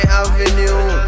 avenue